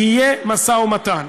יהיה משא-ומתן.